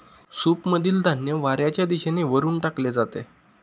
सूपमधील धान्य वाऱ्याच्या दिशेने वरून टाकले जाते